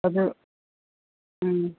ꯑꯗꯨ ꯎꯝ